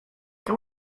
can